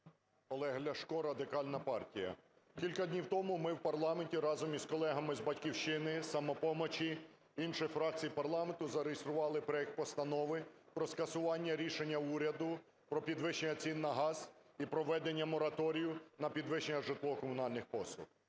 Олег Ляшко, Радикальна партія. Кілька днів тому ми в парламенті разом із колегами з "Батьківщини", "Самопомочі", інших фракцій парламенту зареєстрували проект Постанови про скасування рішення уряду про підвищення цін на газ і проведення мораторію на підвищення житлово-комунальних послуг.